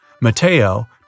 Mateo